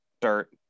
dirt